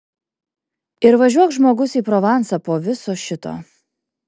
ir važiuok žmogus į provansą po viso šito